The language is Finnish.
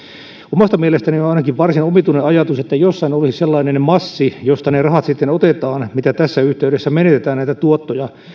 omasta mielestäni ainakin on varsin omituinen ajatus että jossain olisi sellainen massi josta ne rahat sitten otetaan mitä tässä yhteydessä menetetään näitä tuottoja